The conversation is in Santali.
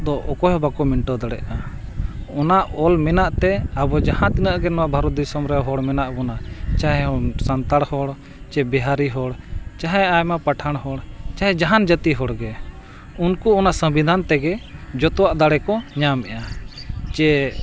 ᱫᱚ ᱚᱠᱚᱭ ᱦᱚᱸ ᱵᱟᱠᱚ ᱢᱮᱴᱟᱣ ᱫᱟᱲᱮᱭᱟᱜᱼᱟ ᱚᱱᱟ ᱚᱞ ᱢᱮᱱᱟᱜ ᱛᱮ ᱟᱵᱚ ᱡᱟᱦᱟᱸ ᱛᱤᱱᱟᱹᱜ ᱜᱮ ᱱᱚᱣᱟ ᱵᱷᱟᱨᱚᱛ ᱫᱤᱥᱚᱢ ᱨᱮ ᱦᱚᱲ ᱢᱮᱱᱟᱜ ᱵᱚᱱᱟ ᱪᱟᱦᱮ ᱦᱚᱸ ᱥᱟᱱᱛᱟᱲ ᱦᱚᱲ ᱥᱮ ᱵᱤᱦᱟᱨᱤ ᱦᱚᱲ ᱪᱟᱦᱮ ᱟᱭᱢᱟ ᱯᱟᱴᱷᱟᱱ ᱦᱚᱲ ᱪᱟᱦᱮ ᱡᱟᱦᱟᱱ ᱡᱟᱹᱛᱤ ᱦᱚᱲ ᱜᱮ ᱩᱱᱠᱩ ᱚᱱᱟ ᱥᱚᱝᱵᱤᱫᱷᱟᱱ ᱛᱮᱜᱮ ᱡᱷᱚᱛᱚᱣᱟᱜ ᱫᱟᱲᱮ ᱠᱚ ᱧᱟᱢᱮᱜᱼᱟ ᱡᱮ